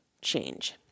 change